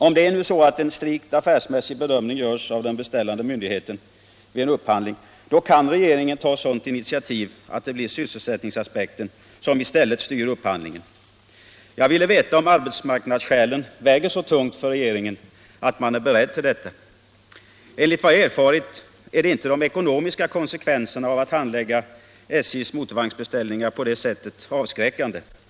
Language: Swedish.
Om en strikt affärsmässig bedömning görs av den beställande myndigheten vid en upphandling, kan regeringen ta initiativ som innebär att sysselsättningseffekten i stället styr upphandlingen. Jag ville veta om arbetsmarknadsskälen väger så tungt för regeringen att man är beredd att göra detta. Enligt vad jag erfarit är inte de ekonomiska konsekvenserna av att handlägga SJ:s motorvagnsbeställningar på detta sätt avskräckande.